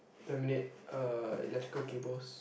terminate uh electrical cables